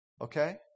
Okay